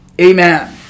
Amen